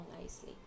nicely